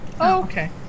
okay